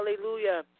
Hallelujah